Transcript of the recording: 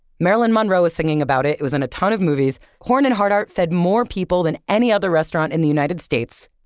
marilyn monroe was singing about it. it was in a ton of movies. horn and hardart fed more people than any other restaurant in the united states,